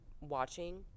watching